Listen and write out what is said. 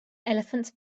elephants